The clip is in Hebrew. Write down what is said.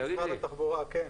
תגיד לי,